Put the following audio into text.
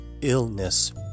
illness